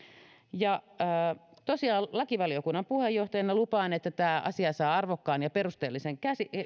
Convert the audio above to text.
tosiaan lakivaliokunnan puheenjohtajana lupaan että tämä asia saa arvokkaan ja perusteellisen